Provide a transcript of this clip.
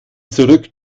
zurück